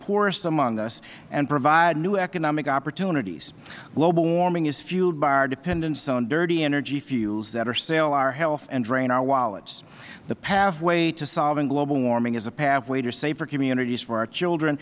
poorest among us and provide new economic opportunities global warming isfueled by our dependence on dirty energy fuels that assail our health and drain our wallets the pathway to solving global warming is a pathway to safer communities for our children